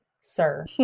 sir